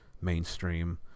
mainstream